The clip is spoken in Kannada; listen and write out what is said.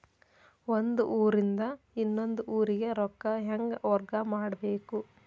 ಒಂದ್ ಊರಿಂದ ಇನ್ನೊಂದ ಊರಿಗೆ ರೊಕ್ಕಾ ಹೆಂಗ್ ವರ್ಗಾ ಮಾಡ್ಬೇಕು?